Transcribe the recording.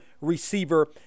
receiver